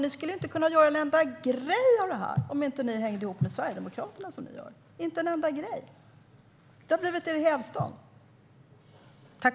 Ni skulle inte kunna göra någonting av detta om ni inte hängde ihop med Sverigedemokraterna på det sätt som ni gör. Inte en enda grej skulle ni kunna göra. Det har blivit er hävstång.